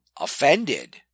offended